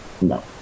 no